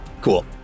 Cool